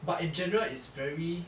but in general is very